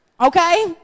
Okay